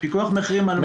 פיקוח מחירים על מה, על